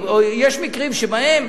יש מקרים שבהם,